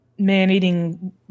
man-eating